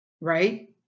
right